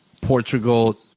Portugal